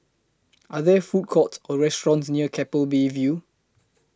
Are There Food Courts Or restaurants near Keppel Bay View